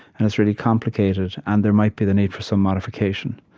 and it's really complicated. and there might be the need for some modification.